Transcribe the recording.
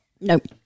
Nope